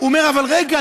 הוא אומר: רגע,